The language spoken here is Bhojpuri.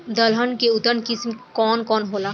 दलहन के उन्नत किस्म कौन कौनहोला?